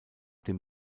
dem